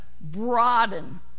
broaden